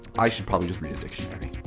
i should probably just read a dictionary.